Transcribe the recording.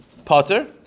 potter